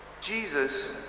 Jesus